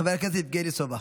חבר הכנסת יבגני סובה.